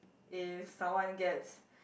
if someone gets